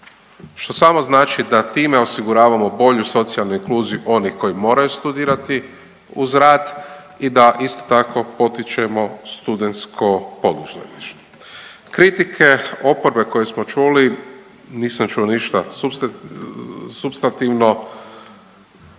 što samo znači da time osiguravamo bolju socijalnu inkluziju onih koji moraju studirati uz rad i da isto tako potičemo studentsko poduzetništvo. Kritike oporbe koje smo čuli, nisam čuo ništa supstantivno,